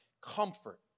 comfort